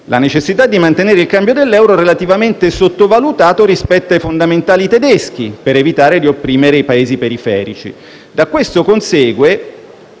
la necessità di mantenere il cambio dell'euro relativamente sottovalutato rispetto ai fondamentali tedeschi, per evitare di opprimere i Paesi periferici. Da ciò consegue